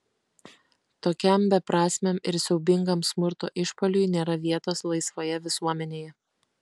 tokiam beprasmiam ir siaubingam smurto išpuoliui nėra vietos laisvoje visuomenėje